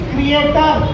Creator